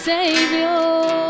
Savior